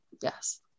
Yes